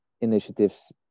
initiatives